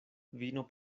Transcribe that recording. vino